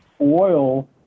oil